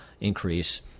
increase